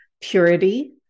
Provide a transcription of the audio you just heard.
purity